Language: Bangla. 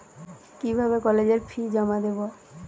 কিভাবে কলেজের ফি জমা দেবো?